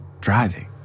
driving